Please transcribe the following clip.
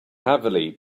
heavily